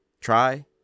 Try